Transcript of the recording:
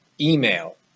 email